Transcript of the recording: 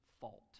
fault